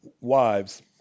Wives